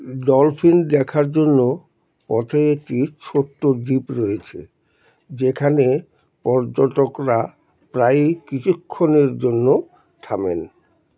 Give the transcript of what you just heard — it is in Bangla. ডলফিন দেখার জন্য পথে একটি ছোট্ট দ্বীপ রয়েছে যেখানে পর্যটকরা প্রায়ই কৃষিক্ষণের জন্য থামেন